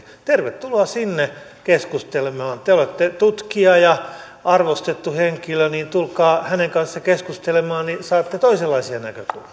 tervetuloa sinne keskustelemaan te olette tutkija ja arvostettu henkilö niin että tulkaa hänen kanssaan keskustelemaan niin saatte toisenlaisia näkökulmia